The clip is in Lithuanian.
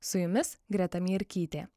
su jumis greta mierkytė